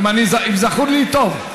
אם זכור לי טוב,